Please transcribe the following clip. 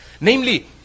namely